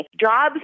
jobs